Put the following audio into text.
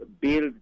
build